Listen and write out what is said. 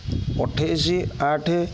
ଅଠେଇଶ ଆଠେ